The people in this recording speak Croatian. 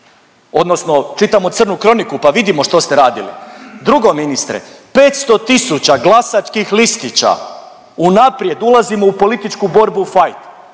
odnosno čitamo crnu kroniku pa vidimo što ste radili. Drugo ministre, 500 tisuća glasačkih listića, unaprijed ulazimo u političku borbu u fajt,